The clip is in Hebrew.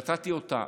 נתתי אותה,